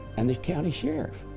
and the county sheriff,